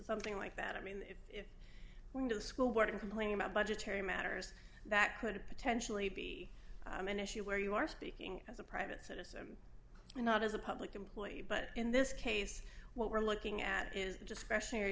something like that i mean if it were to the school board and complain about budgetary matters that could potentially be an issue where you are speaking as a private citizen not as a public employee but in this case what we're looking at is the discretionary